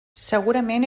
segurament